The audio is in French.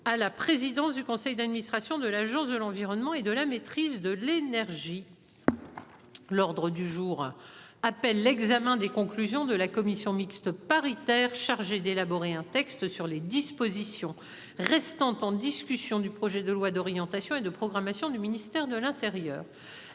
à la présidence du conseil d'administration de l'Agence de l'environnement et de la maîtrise de l'énergie. L'ordre du jour appelle l'examen des conclusions de la commission mixte paritaire chargée d'élaborer un texte sur les dispositions restant en discussion du projet de loi d'orientation et de programmation du ministère de l'Intérieur.